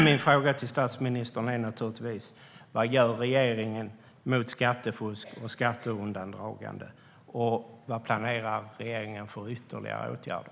Min fråga till statsministern är naturligtvis: Vad gör regeringen mot skattefusk och skatteundandragande? Vad planerar regeringen för ytterligare åtgärder?